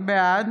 בעד